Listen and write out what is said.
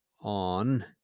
on